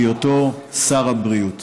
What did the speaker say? בהיותו שר הבריאות,